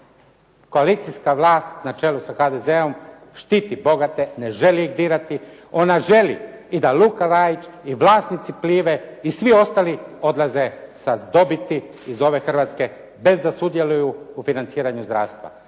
Koalicijska vlast na čelu sa HDZ-om, štiti bogate, ne želi ih dirati. Ona želi i da Luka Rajić, i vlasnici "Plive" i svi ostali odlaze sa dobiti iz ove Hrvatske bez da sudjeluju u financiranju zdravstva.